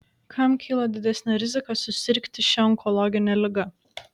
kam kyla didesnė rizika susirgti šia onkologine liga